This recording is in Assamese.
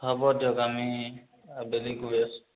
হ'ব দিয়ক আমি অবেলি গৈ আছোঁ